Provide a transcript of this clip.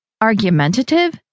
Argumentative